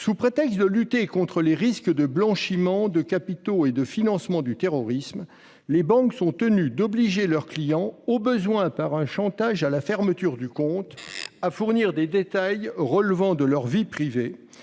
Sous prétexte de lutter contre les « risques de blanchiment de capitaux et de financement du terrorisme », les banques sont tenues d'obliger leurs clients, au besoin par un chantage à la fermeture du compte, à fournir des détails relevant de leur vie privée,